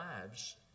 lives